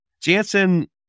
Jansen